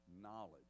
knowledge